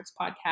podcast